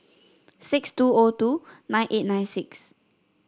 six two O two nine eight nine six